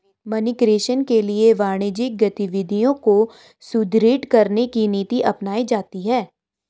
money creation के लिए वाणिज्यिक गतिविधियों को सुदृढ़ करने की नीति अपनाई जाती है